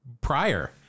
prior